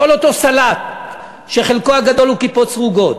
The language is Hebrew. כל אותו סלט שחלקו הגדול הוא כיפות סרוגות.